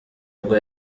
nubwo